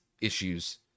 issues